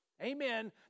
Amen